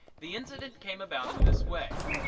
the incident came about in this way.